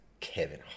Kevin